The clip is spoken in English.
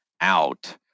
out